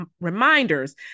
reminders